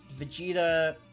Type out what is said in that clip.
Vegeta